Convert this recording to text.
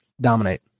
Dominate